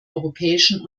europäischen